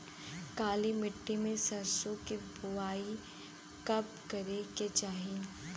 काली मिट्टी में सरसों के बुआई कब करे के चाही?